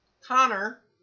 Connor